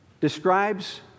describes